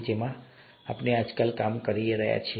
જે વસ્તુઓ સાથે આપણે આજકાલ કામ કરી રહ્યા છીએ